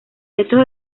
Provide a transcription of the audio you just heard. restos